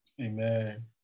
Amen